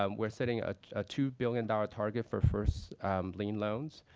um we're setting a two billion dollars target for first lien loans,